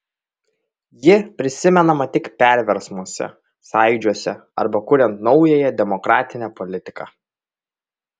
ji prisimenama tik perversmuose sąjūdžiuose arba kuriant naująją demokratinę politiką